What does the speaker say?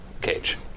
cage